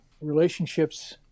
relationships